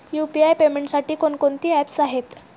UPI पेमेंटसाठी कोणकोणती apps आहेत?